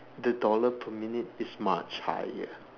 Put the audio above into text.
the dollar per minute is much higher